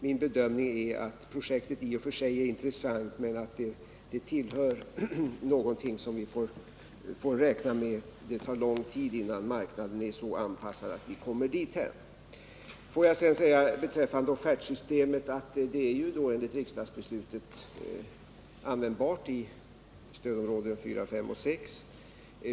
Min bedömning är att projektet i och för sig är intressant, men vi får räkna med att det tar lång tid innan marknaden är så anpassad att det kan genomföras. Låt mig sedan beträffande offertsystemet säga att det enligt riksdagsbeslutet är användbart i stödområdena 4, 5 och 6.